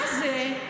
מה זה?